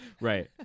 Right